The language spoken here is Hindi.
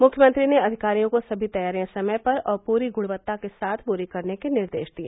मुख्यमंत्री ने अधिकारियों को सभी तैयारियां समय पर और पूरी गुणवत्ता के साथ पूरी करने के निर्देश दिए